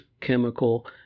chemical